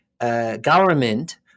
Government